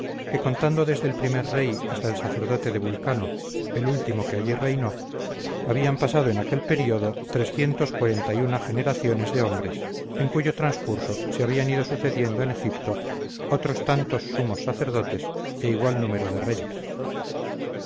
que contando desde el primer rey hasta el sacerdote de vulcano el último que allí reinó habían pasado en aquel período generaciones de hombres en cuyo transcurso se habían ido sucediendo en egipto otros tantos sumos sacerdotes e igual número de reyes